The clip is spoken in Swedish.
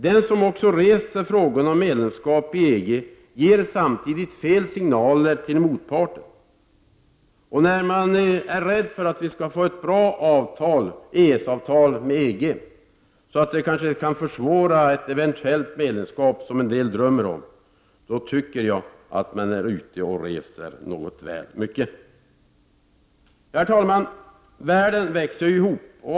Den som reser frågan om medlemskap i EG ger samtidigt fel signaler till motparten. När man är rädd för att vi skall få ett bra EES-avtal med EG som kan försvåra det medlemskap som en del människor drömmer om tycker jag att man är ute och reser väl mycket. Världen växer ihop.